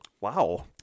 Wow